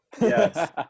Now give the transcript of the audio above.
Yes